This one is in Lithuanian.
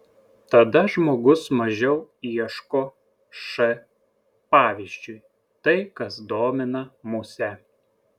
tada žmogus mažiau ieško š pavyzdžiui tai kas domina musę